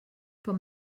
vom